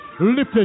lifted